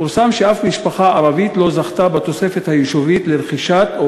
פורסם שאף משפחה ערבית לא זכתה בתוספת היישובית לרכישה או